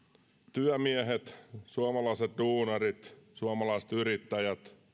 työmiehet suomalaiset duunarit suomalaiset yrittäjät